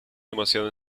demasiado